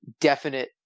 definite